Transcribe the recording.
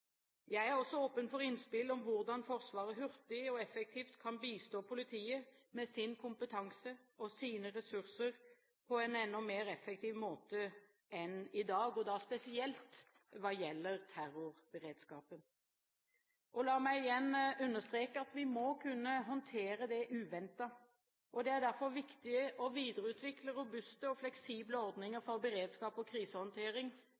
Jeg er også åpen for innspill om hvordan Forsvaret hurtig og effektivt kan bistå politiet med sin kompetanse og sine ressurser på en enda mer effektiv måte enn i dag, og da spesielt hva gjelder terrorberedskapen. La meg igjen understreke at vi må kunne håndtere det uventede. Det er derfor viktig å videreutvikle robuste og fleksible ordninger for beredskap og krisehåndtering,